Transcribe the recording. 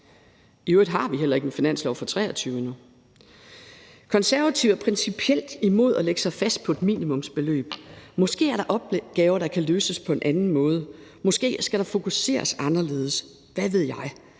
I øvrigt har vi heller ikke en finanslov for 2023 endnu. Konservative er principielt imod at lægge sig fast på et minimumsbeløb. Måske er der opgaver, der kan løses på en anden måde, måske skal der fokuseres anderledes, hvad ved jeg.